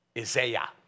Isaiah